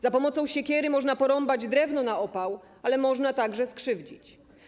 Za pomocą siekiery można porąbać drewno na opał, ale można także skrzywdzić.